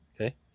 Okay